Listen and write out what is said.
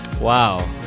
Wow